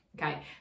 Okay